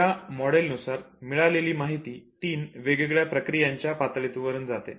या मॉडेलनुसार मिळालेली माहिती तीन वेगवेगळ्या प्रक्रियांच्या पातळी वरून जाते